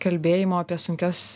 kalbėjimo apie sunkias